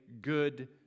good